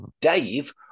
dave